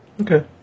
Okay